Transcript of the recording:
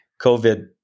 COVID